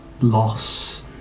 loss